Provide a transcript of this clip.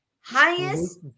Highest